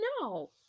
No